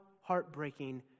heartbreaking